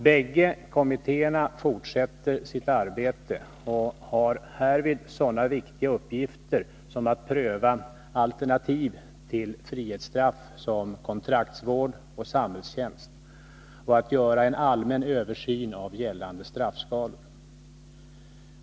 Båda kommittéerna fortsätter sitt arbete, och de har härvid sådana viktiga uppgifter som att pröva alternativ till frihetsstraff, som t.ex. kontraktsvård och samhällstjänst, och att göra en allmän översyn av gällande straffskalor.